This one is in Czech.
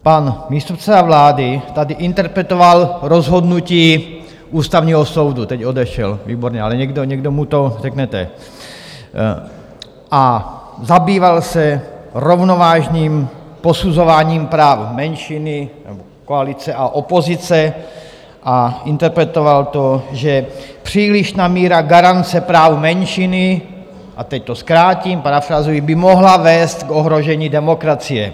Pan místopředseda vlády tady interpretoval rozhodnutí Ústavního soudu teď odešel, výborně, ale někdo mu to řeknete a zabýval se rovnovážným posuzováním práv menšiny nebo koalice a opozice a interpretoval to, že přílišná míra garance práva menšiny, a teď to zkrátím, parafrázuji, by mohla vést k ohrožení demokracie.